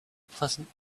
pleasant